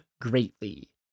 greatly